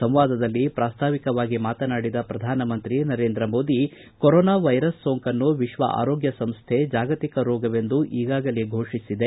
ಸಂವಾದದಲ್ಲಿ ಪ್ರಾಸ್ತಾವಿಕವಾಗಿ ಮಾತನಾಡಿದ ಪ್ರಧಾನಮಂತ್ರಿ ನರೇಂದ್ರ ಮೋದಿ ಕೊರೊನಾ ವೈರಸ್ ಸೋಂಕನ್ನು ವಿಶ್ವ ಆರೋಗ್ಯ ಸಂಸ್ಥೆ ಜಾಗತಿಕ ರೋಗವೆಂದು ಈಗಾಗಲೇ ಫೋಷಿಸಿದೆ